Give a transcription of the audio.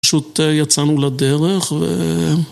פשוט יצאנו לדרך ו...